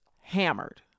hammered